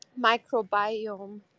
microbiome